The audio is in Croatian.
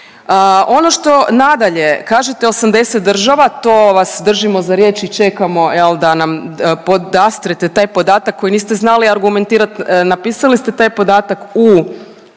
Ono što nadalje kažete 80 država to vas držimo za riječ i čekamo da nam podastrete taj podatak koji niste znali argumentirati. Napisali ste taj podatak u